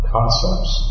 Concepts